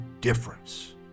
difference